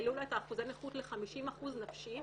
העלו לה את אחוזי הנכות ל-50% נפשית